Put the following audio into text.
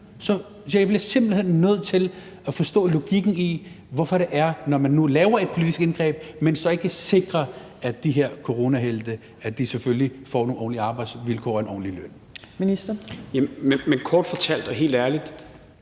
Så jeg bliver simpelt hen nødt til at forstå logikken i, hvorfor, når man nu laver et politisk indgreb, man så ikke sikrer, at de her coronahelte selvfølgelig får nogle ordentlige arbejdsvilkår og en ordentlig løn. Kl. 17:11 Fjerde